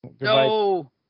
No